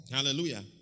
Hallelujah